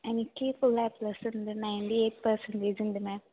എനിക്ക് full A പ്ലസുണ്ട് ninety eight percentage ഉണ്ട് മാം